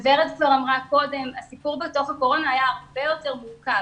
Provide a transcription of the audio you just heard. ורד כבר אמרה קודם שהסיפור בתקופת הקורונה היה הרבה יותר מורכב